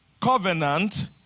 covenant